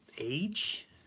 age